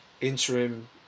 interim